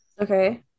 Okay